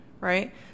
right